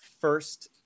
first